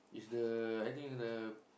is the I think the